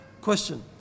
question